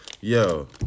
yo